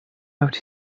out